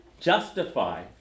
justify